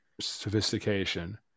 sophistication